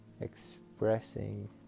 expressing